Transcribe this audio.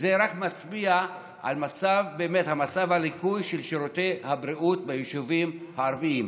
שזה רק מצביע על המצב הלקוי של שירותי הבריאות ביישובים הערביים.